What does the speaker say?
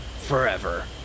forever